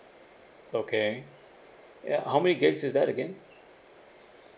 okay ya how many gig is that again